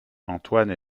antoine